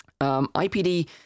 IPD